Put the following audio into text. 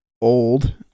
old